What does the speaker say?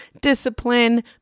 discipline